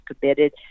committed